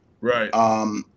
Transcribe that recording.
Right